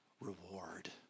reward